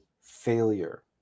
failure